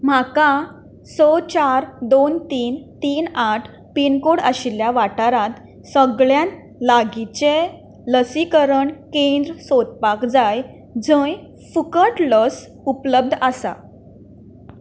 म्हाका स चार दोन तीन तीन आठ पीन कोड आशिल्ल्या वाठारांत सगळ्यांत लागींचें लसीकरण केंद्र सोदपाक जाय जंय फुकट लस उपलब्ध आसा